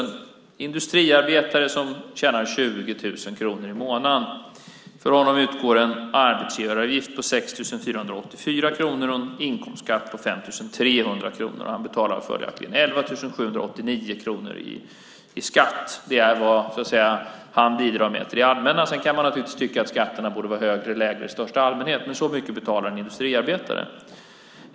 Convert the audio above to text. För en industriarbetare som tjänar 20 000 kronor i månaden utgår en arbetsgivaravgift på 6 484 kronor och en inkomstskatt på 5 300 kronor. Han betalar följaktligen 11 789 kronor i skatt. Det är vad han bidrar med till det allmänna. Sedan kan man naturligtvis tycka att skatterna borde vara högre eller lägre i största allmänhet, men så mycket betalar en industriarbetare.